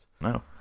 No